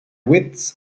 widths